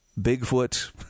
Bigfoot